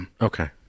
Okay